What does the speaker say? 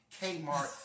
Kmart